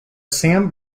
sam